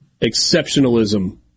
exceptionalism